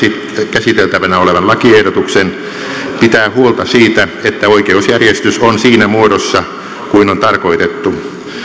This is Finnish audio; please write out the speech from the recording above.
käsiteltävänä olevan lakiehdotuksen pitää huolta siitä että oikeusjärjestys on siinä muodossa kuin on tarkoitettu